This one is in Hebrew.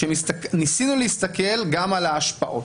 ניסינו להסתכל גם על ההשפעות.